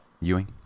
Ewing